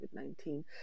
COVID-19